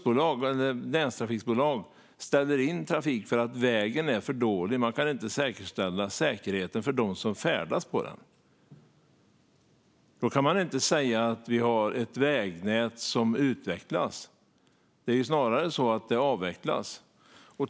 Om ett länstrafikbolag ställer in trafik för att vägen är för dålig och säkerheten inte kan garanteras för dem som färdas på den kan man inte säga att vi har ett vägnät som utvecklas. Det är snarare så att det avvecklas.